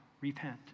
repent